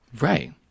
Right